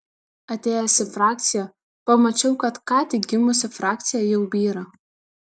atėjęs į frakciją pamačiau kad ką tik gimusi frakcija jau byra